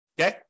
Okay